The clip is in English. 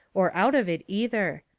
or out of it, either.